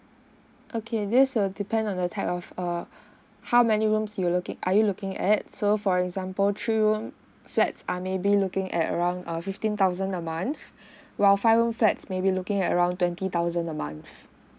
okay this will depend on the type of err how many rooms you looking are you looking at so for example three room flats are maybe looking at around our fifteen thousand a month while five room flats maybe looking at around twenty thousand a month